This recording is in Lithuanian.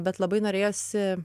bet labai norėjosi